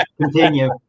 Continue